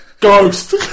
Ghost